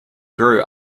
grew